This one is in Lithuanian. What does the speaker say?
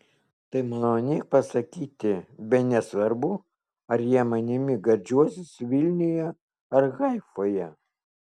tai malonėk pasakyti bene svarbu ar jie manimi gardžiuosis vilniuje ar haifoje